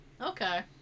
Okay